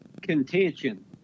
contention